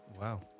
Wow